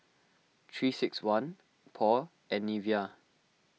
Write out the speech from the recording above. three six one Paul and Nivea